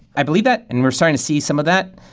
i believe that and we're starting to see some of that.